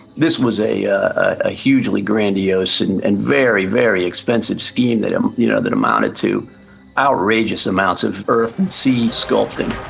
this was a ah a hugely grandiose and and very, very expensive scheme that um you know that amounted to outrageous amounts of earth and sea sculpting.